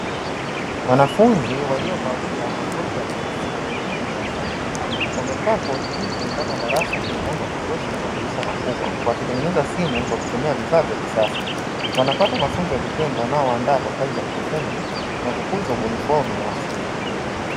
Wanafunzi waliovalia makoti ya bluu wa elimu ya ufundi wamekaa kwa utulivu ndani ya darasa lenye mwanga wa kutosha na madirisha makubwa wakitengeneza simu kwa kutumia vifaa vya kisasa. Wanapata mafunzo ya vitendo nao waandaa kwa kazi za kiufundi na kukuza ubunifu binafsi.